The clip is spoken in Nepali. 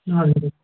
हजुर